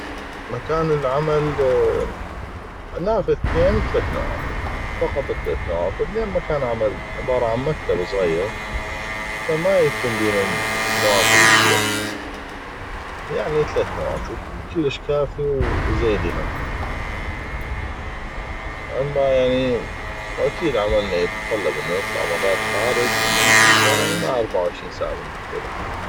مكان العمل نافذتين تلث نوافذ فقط تلث نوافذ لان مكان العمل عباره عن مكتب صغيغ فما يكون بينو نوافذ كثيغه يعني تلث نوافذ كلش كافي وزيدي هم اما يعني واكيد عملنا يتطلب انو نطلع خارج يمين يساغ يعني ما 24 ساعه بالمكتب احنا